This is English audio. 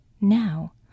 Now